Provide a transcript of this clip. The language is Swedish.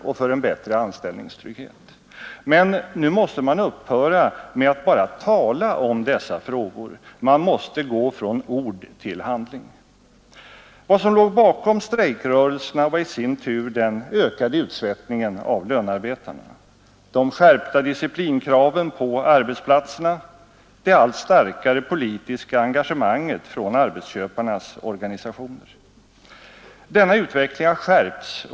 Vi är anonyma, anser han. Jag tror att jag nu får 5 000 brev från enskilda människor, och jag försöker besvara dem allihop. Det är visserligen i allmänhet inte några stora politiska tankar som de för fram, utan det är enkla vardagliga problem.